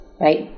right